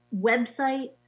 website